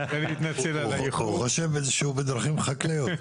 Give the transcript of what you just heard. אני מתנצל על האיחור --- הוא חושב שהוא בדרכים חקלאיות,